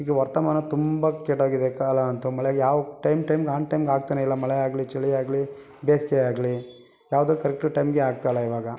ಈಗ ವರ್ತಮಾನ ತುಂಬ ಕೆಟ್ಟೋಗಿದೆ ಕಾಲ ಅಂತೂ ಮಳೆ ಯಾವ ಟೈಮ್ ಟೈಮ್ಗೆ ಆನ್ ಟೈಮ್ಗೆ ಆಗ್ತಾನೇ ಇಲ್ಲ ಮಳೆ ಆಗಲಿ ಚಳಿ ಆಗಲಿ ಬೇಸಿಗೆ ಆಗಲಿ ಯಾವ್ದೂ ಕರೆಕ್ಟು ಟೈಮ್ಗೆ ಆಗ್ತಾ ಇಲ್ಲ ಇವಾಗ